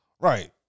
Right